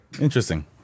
Interesting